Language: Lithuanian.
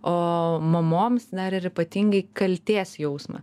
o mamoms dar ir ypatingai kaltės jausmą